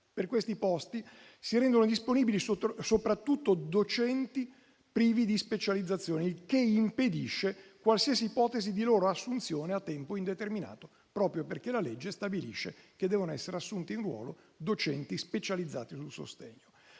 Per questi posti si rendono disponibili soprattutto docenti privi di specializzazioni; ciò impedisce qualsiasi ipotesi di loro assunzione a tempo indeterminato, proprio perché la legge stabilisce che devono essere assunti in ruolo docenti specializzati sul sostegno.